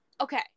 Okay